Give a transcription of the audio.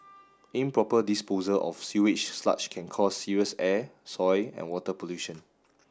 improper disposal of sewage sludge can cause serious air soil and water pollution